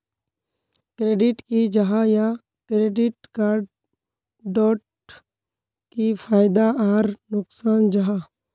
Credit की जाहा या क्रेडिट कार्ड डोट की फायदा आर नुकसान जाहा?